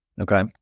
Okay